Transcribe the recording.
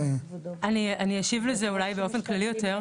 אני אשיב לזה אולי באופן כללי יותר.